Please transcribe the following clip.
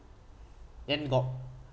then got